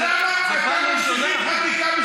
זו פעם ראשונה?